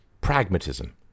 pragmatism